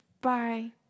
bye